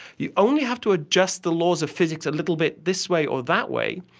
you only have to adjust the laws of physics a little bit this way or that way,